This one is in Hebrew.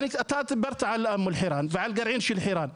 אתה דיברת על אום אל חיראן ועל הגרעין של חירן.